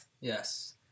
Yes